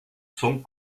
son